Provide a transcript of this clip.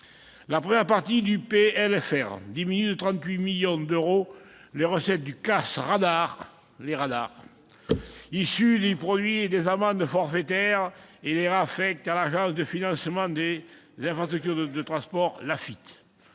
La première partie du PLFR diminue de 38 millions d'euros les recettes du CAS relatif aux radars issues du produit des amendes forfaitaires et les réaffecte à l'Agence de financement des infrastructures de transport de